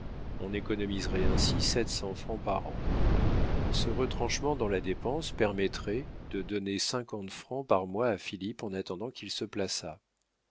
on économiserait ainsi sept cents francs par an ce retranchement dans la dépense permettrait de donner cinquante francs par mois à philippe en attendant qu'il se plaçât